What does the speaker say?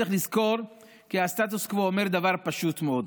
צריך לזכור כי הסטטוס קוו אומר דבר פשוט מאוד: